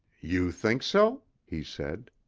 you think so? he said.